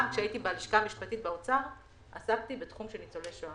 גם כשהייתי בלשכה המשפטית באוצר עסקתי בתחום ניצולי השואה